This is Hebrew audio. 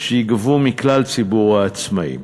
שייגבו מכלל ציבור העצמאים,